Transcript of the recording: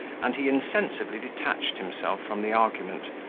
and he insensibly detached himself from the argument,